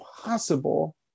possible